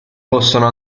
possono